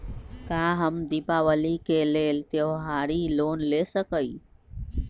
का हम दीपावली के लेल त्योहारी लोन ले सकई?